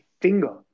finger